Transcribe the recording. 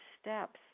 steps